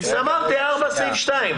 אז אמרתי: עמוד 4, סעיף (2).